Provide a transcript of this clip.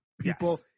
people